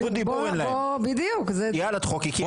תחוקקי אני איתך.